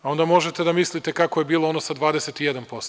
Onda možete da mislite kako je bilo ono sa 21%